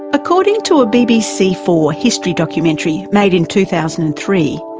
according to a b b c four history documentary made in two thousand and three,